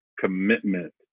commitment